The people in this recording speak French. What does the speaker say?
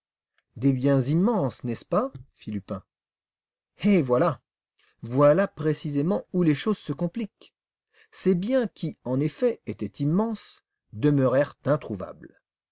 des biens immenses n'est-ce pas fit lupin eh voilà voilà précisément où les choses se compliquent ces biens qui en effet étaient immenses demeurèrent introuvables